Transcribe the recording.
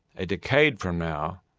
a decade from now,